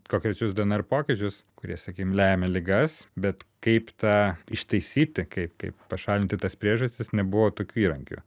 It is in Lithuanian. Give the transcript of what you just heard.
konkrečius dnr pokyčius kurie sakykim lemia ligas bet kaip tą ištaisyti kaip kaip pašalinti tas priežastis nebuvo tokių įrankių